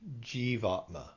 Jivatma